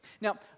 Now